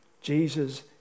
Jesus